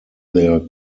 their